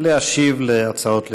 להשיב על ההצעות לסדר-היום.